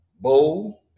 Bold